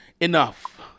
Enough